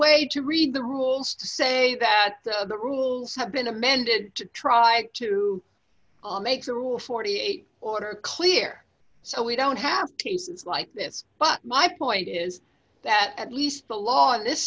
way to read the rules to say that the rules have been amended to try to make the rules forty eight order clear so we don't have pieces like this but my point is that at least the law in this